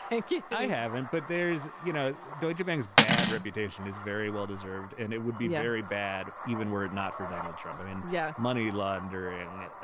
thank you i have it. but there's, you know, deutsche bank's bad reputation is very well deserved. and it would be very bad even were it not for donald trump. i mean, yeah, money laundering,